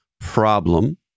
problem